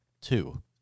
two